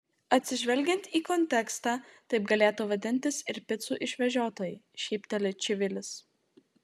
atsižvelgiant į kontekstą taip galėtų vadintis ir picų išvežiotojai šypteli čivilis